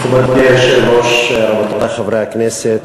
מכובדי היושב-ראש, רבותי חברי הכנסת,